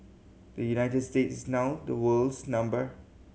the United States is now the world's number